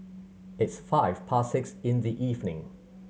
its five past six in the evening